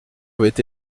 avait